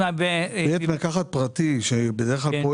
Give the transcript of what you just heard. יש בית מרקחת שבדרך כלל פועל